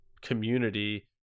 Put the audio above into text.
community